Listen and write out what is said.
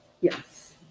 Yes